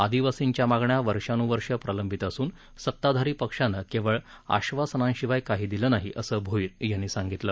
आदिवासींच्या मागण्या वर्षानुवर्ष प्रलंबित असुन सताधारी पक्षानं केवळ आश्वासनांशिवाय काही दिलं नाही असं भोईर यांनी सांगितलं